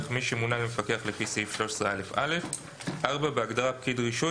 - מי שמונה למפקח לפי סעיף 13א(א);"; (4)בהגדרה "פקיד רישוי",